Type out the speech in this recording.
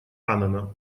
аннана